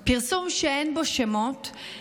פרסום שאין בו שמות,